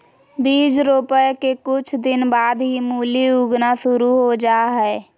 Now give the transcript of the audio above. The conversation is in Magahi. बीज रोपय के कुछ दिन बाद ही मूली उगना शुरू हो जा हय